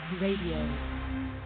Radio